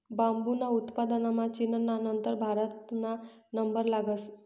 बांबूना उत्पादनमा चीनना नंतर भारतना नंबर लागस